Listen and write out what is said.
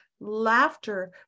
laughter